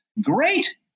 Great